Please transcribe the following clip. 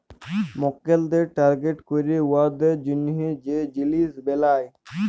মক্কেলদের টার্গেট ক্যইরে উয়াদের জ্যনহে যে জিলিস বেলায়